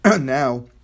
now